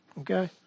Okay